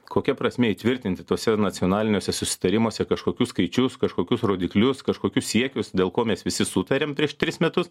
kokia prasmė įtvirtinti tuose nacionaliniuose susitarimuose kažkokius skaičius kažkokius rodiklius kažkokius siekius dėl ko mes visi sutarėm prieš tris metus